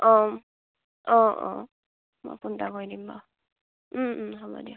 অঁ অঁ মই ফোন এটা কৰি দিম বাৰু হ'ব দিয়ক